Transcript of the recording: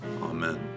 Amen